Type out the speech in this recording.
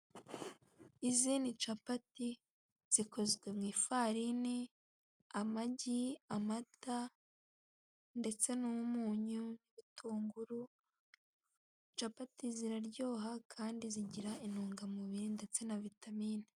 Izi ni capati zikozwe mu ifarini, amagi, amata ndetse n'umunyu, ibitunguru. Capati ziraryoha kandi zigira intungamubiri ndetse na vitamine.